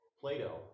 Plato